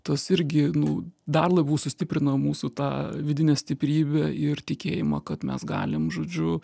tas irgi nu dar labiau sustiprina mūsų tą vidinę stiprybę ir tikėjimą kad mes galim žodžiu